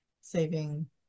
saving